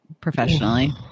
professionally